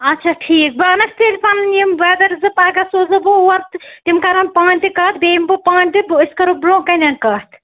اَچھا ٹھیٖک بہٕ اَنَکھ تیٚلہِ پنٕنۍ یِم برٛٮ۪دَر زٕ پگاہ سوزو بہٕ اور تِم کَرن پَانہٕ تہِ کَتھ بیٚیہِ یِم بہٕ پانہٕ تہِ أسۍ کَرو برٛۄنہہ کَنٮ۪ن کَتھ